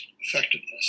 effectiveness